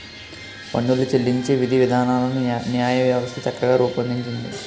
పన్నులు చెల్లించే విధివిధానాలను న్యాయవ్యవస్థ చక్కగా రూపొందించింది